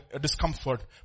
discomfort